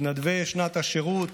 מתנדבי שנת השירות,